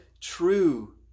true